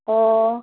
ꯑꯣ